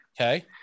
Okay